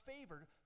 favored